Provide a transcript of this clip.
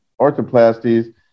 orthoplasties